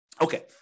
Okay